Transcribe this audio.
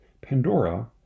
Pandora